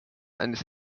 eines